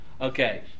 Okay